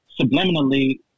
subliminally